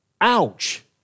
Ouch